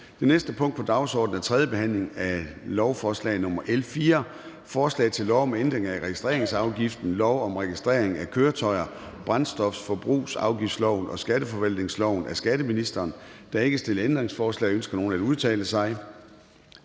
Det næste punkt på dagsordenen er: 9) 3. behandling af lovforslag nr. L 4: Forslag til lov om ændring af registreringsafgiftsloven, lov om registrering af køretøjer, brændstofforbrugsafgiftsloven og skatteforvaltningsloven. (Regelforenkling med henblik på at fremme regelefterlevelsen